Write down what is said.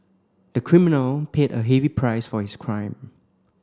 the criminal paid a heavy price for his crime